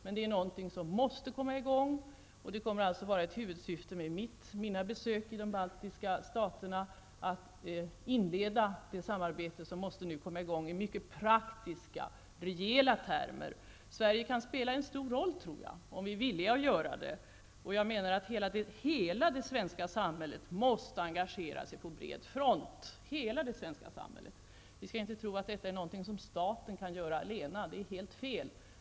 Detta är något som måste komma i gång, och ett huvudsyfte med mina besök i de baltiska staterna kommer alltså att vara att inleda det samarbete som nu måste komma i gång i mycket praktiska, rejäla termer. Jag tror att Sverige kan spela en stor roll om vi är villiga att göra det. Jag menar att hela det svenska samhället måste engagera sig på bred front. Det måste vara fråga om hela det svenska samhället. Vi skall inte tro att detta är någonting som staten kan göra allena, det är helt fel.